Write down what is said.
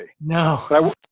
No